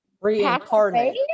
reincarnate